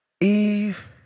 Eve